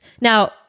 Now